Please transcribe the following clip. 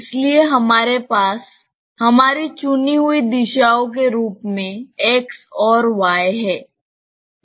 इसलिए हमारे पास हमारी चुनी हुई दिशाओं के रूप में x और y हैं